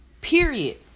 period